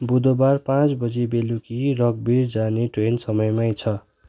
बुधबार पाँच बजी बेलुकी रकभेल जाने ट्रेन समयमै छ